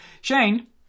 Shane